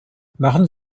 machen